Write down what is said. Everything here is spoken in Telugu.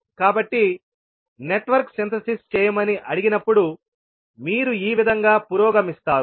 కాబట్టి నెట్వర్క్ సింథసిస్ చేయమని అడిగినప్పుడు మీరు ఈ విధంగా పురోగమిస్తారు